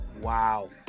Wow